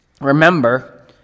remember